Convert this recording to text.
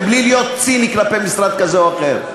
בלי להיות ציני כלפי משרד כזה או אחר.